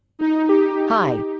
Hi